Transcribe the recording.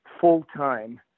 full-time